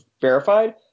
verified